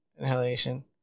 inhalation